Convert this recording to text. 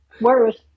worse